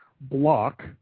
block